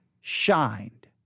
shined